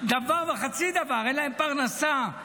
דבר וחצי דבר, אין להם פרנסה.